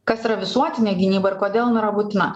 kas yra visuotinė gynyba ir kodėl jin yra būtina